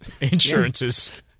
Insurances